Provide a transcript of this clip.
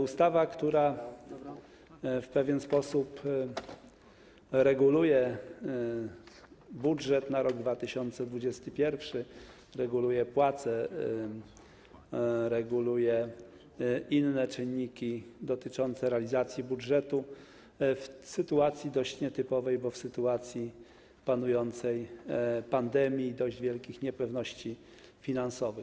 Ustawa, która w pewien sposób reguluje budżet na rok 2021, reguluje płace, reguluje inne czynniki dotyczące realizacji budżetu w sytuacji dość nietypowej, bo w sytuacji panującej pandemii i dość wielkich niepewności finansowych.